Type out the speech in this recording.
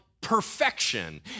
perfection